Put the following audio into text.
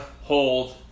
Hold